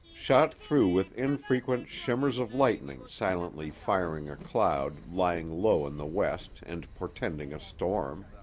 shot through with infrequent shimmers of lightning silently firing a cloud lying low in the west and portending a storm.